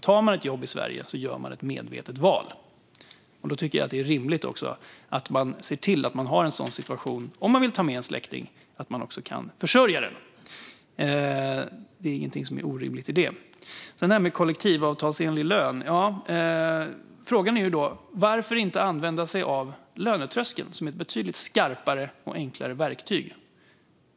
Tar man ett jobb i Sverige gör man ett medvetet val, och då tycker jag att det är rimligt att man, om man vill ta med en släkting, ser till att man har en sådan situation att man också kan försörja denne. Det är inget orimligt i detta. När det gäller detta med kollektivavtalsenlig lön är frågan: Varför inte använda sig av lönetröskeln, som är ett betydligt skarpare och enklare verktyg?